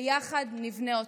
ביחד נבנה אותה.